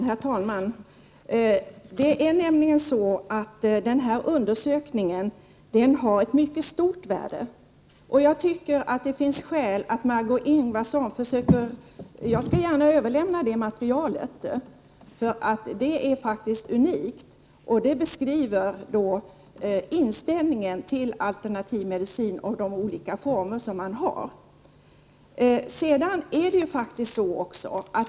Herr talman! Det är så, Margö Ingvardsson, att den här undersökningen har ett mycket stort värde. Jag skall gärna överlämna materialet, som faktiskt är unikt. Där beskrivs inställningen till alternativ medicin och till de olika behandlingsformer som finns.